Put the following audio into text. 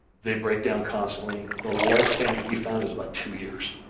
they break down constantly, the lifespan that we found is about two years,